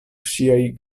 ŝiaj